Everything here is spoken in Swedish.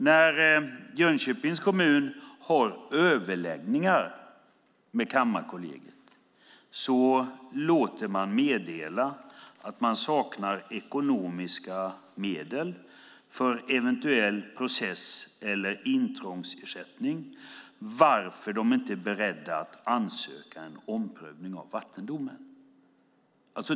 När Jönköpings kommun har överläggningar med Kammarkollegiet låter Kammarkollegiet meddela att de saknar ekonomiska medel för eventuell process eller intrångsersättning, varför de inte är beredda att ansöka om en omprövning av vattendomen.